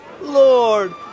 Lord